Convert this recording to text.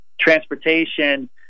transportation